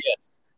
yes